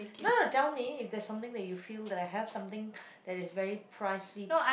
no no tell me if there's something that you feel that I have something that is very pricey